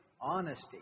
honesty